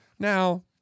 Now